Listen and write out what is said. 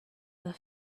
the